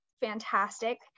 fantastic